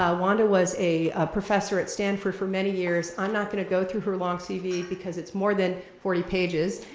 ah wanda was a professor at stanford for many years. i'm not gonna go through her long cv because it's more than forty pages,